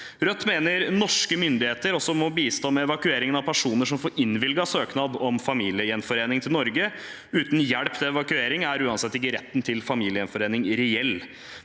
Rødt mener norske myndigheter også må bistå med evakuering av personer som får innvilget søknad om familiegjenforening til Norge. Uten hjelp til evakuering er uansett ikke retten til familiegjenforening reell.